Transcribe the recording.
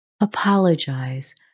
Apologize